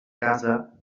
casa